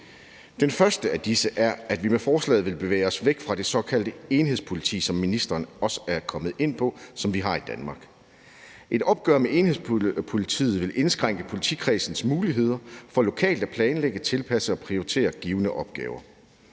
Det første af disse forslag indebærer, at vi vil bevæge os væk fra det såkaldte enhedspoliti, som vi har i Danmark, hvilket ministeren også kom ind på. Et opgør med enhedspolitiet vil indskrænke politikredsens muligheder for lokalt at planlægge, tilpasse og prioritere givne opgaver.